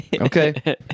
okay